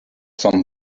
some